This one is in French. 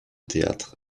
théâtre